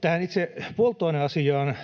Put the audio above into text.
Tähän itse polttoaineasiaan: